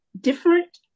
different